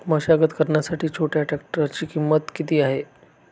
मशागत करण्यासाठी छोट्या ट्रॅक्टरची किंमत किती आहे?